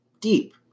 deep